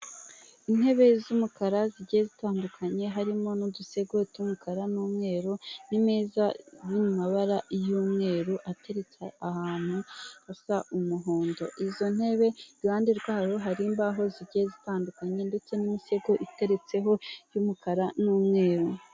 Intebe z'umukara zigiye zitandukanye harimo n'udusego tw'umukara n'umweru n'imeza iri mu mabara y'umweru ateretse ahantu hasa umuhondo, izo ntebe iruhande rwayo hari imbaho zigiye zitandukanye ndetse n'imisego iteretseho y'umukara n'umweru.